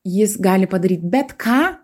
jis gali padaryt bet ką